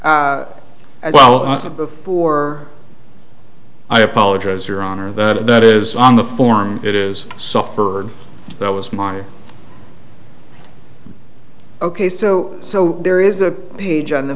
as well before i apologize your honor that that is on the form it is suffered that was my ok so so there is a page on the